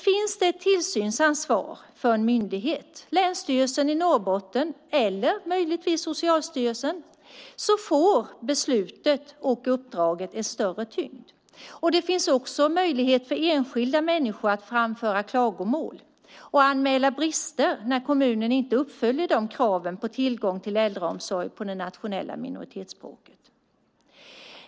Finns det ett tillsynsansvar för en myndighet, Länsstyrelsen i Norrbotten eller möjligtvis Socialstyrelsen, får beslutet och uppdraget en större tyngd. Det finns också möjlighet för enskilda människor att framföra klagomål och anmäla brister när kommunen inte uppfyller kraven på tillgång till äldreomsorg på de nationella minoritetsspråken.